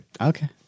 Okay